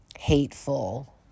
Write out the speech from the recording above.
hateful